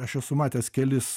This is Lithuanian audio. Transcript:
aš esu matęs kelis